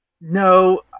No